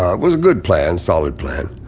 ah was a good plan, solid plan.